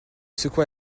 secoua